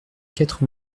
quatre